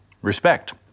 respect